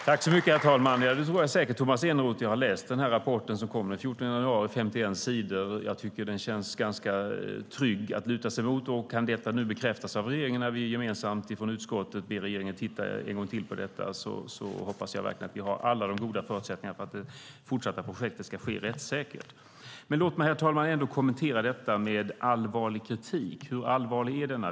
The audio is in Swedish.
Herr talman! Det tror jag säkert, Tomas Eneroth. Jag har läst rapporten som kom den 14 januari. Med sina 51 sidor tycker jag att den känns ganska trygg att luta sig mot. Kan detta bekräftas nu när vi i utskottet gemensamt ber regeringen att titta på det en gång till hoppas jag verkligen att vi har alla goda förutsättningar för att det fortsatta projektet ska ske rättssäkert. Låt mig, herr talman, ändå kommentera detta med allvarlig kritik. Hur allvarlig är den?